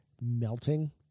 melting